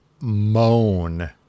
moan